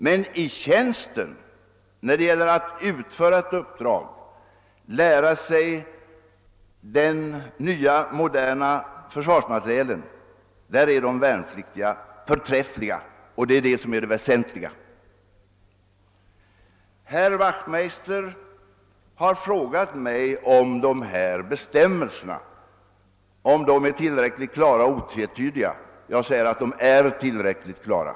Men i tjänsten, när det gäller att utföra ett uppdrag, att lära sig den nya moderna försvarsmaterielen, är de värnpliktiga förträffliga, och det är det väsentliga. Herr Wachtmeister har frågat mig om bestämmelserna är tillräckligt klara och otvetydiga. Jag säger att de är tillräckligt klara.